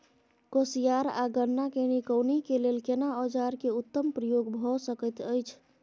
कोसयार आ गन्ना के निकौनी के लेल केना औजार के उत्तम प्रयोग भ सकेत अछि?